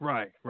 Right